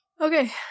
Okay